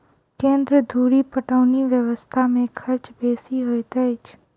केन्द्र धुरि पटौनी व्यवस्था मे खर्च बेसी होइत अछि